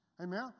amen